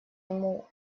ему